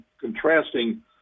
contrasting